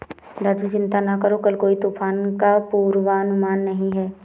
राजू चिंता ना करो कल कोई तूफान का पूर्वानुमान नहीं है